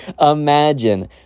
imagine